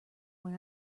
when